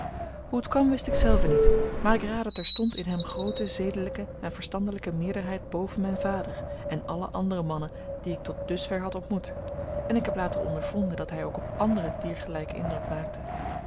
hoe het kwam wist ik zelve niet maar ik raadde terstond in hem groote zedelijke en verstandelijke meerderheid boven mijn vader en alle andere mannen die ik tot dusver had ontmoet en ik heb later ondervonden dat hij ook op anderen diergelijken indruk maakte